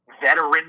veteran